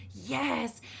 Yes